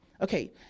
Okay